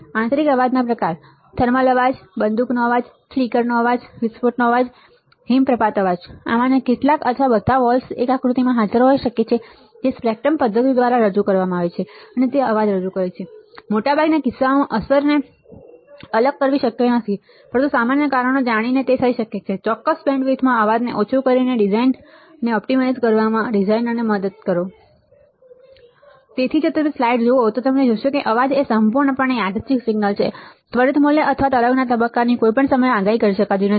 આંતરિક અવાજના પ્રકાર • થર્મલ અવાજ • બદૂંકનો અવાજ • ફ્લિકર અવાજ • વિસ્ફોટનો અવાજ • હિમપ્રપાત અવાજ આમાંના કેટલાક અથવા બધા વોલ્સ એક આકૃતિમાં હાજર હોઈ શકે છે જે સ્પેક્ટ્રમ પધ્ધતિ માટે અવાજ રજૂ કરે છે મોટા ભાગના કિસ્સાઓમાં અસરોને અલગ કરવી શક્ય નથી પરંતુ સામાન્ય કારણો જાણીને તે થઈ શકે છે ચોક્કસ બેન્ડવિડ્થમાં અવાજ ઓછો કરીને ડિઝાઇનને ઑપ્ટિમાઇઝ કરવામાં ડિઝાઇનરને મદદ કરો તેથી જો તમે સ્લાઇડ જુઓ છો તો તમે જોશો કે અવાજ એ સંપૂર્ણપણે યાદચ્છિક સિગ્નલ છે ત્વરિત મૂલ્ય અથવા તરંગના તબક્કાની કોઈપણ સમયે આગાહી કરી શકાતી નથી